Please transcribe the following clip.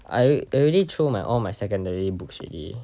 I already throw my all my secondary books already